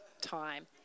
time